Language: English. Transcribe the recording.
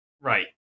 Right